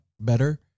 better